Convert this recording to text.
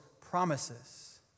promises